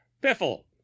piffle